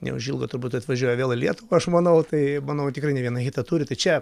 neužilgo turbūt atvažiuoja vėl į lietuvą aš manau tai manau tikrai ne vieną hitą turi tai čia